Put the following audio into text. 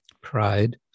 pride